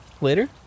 later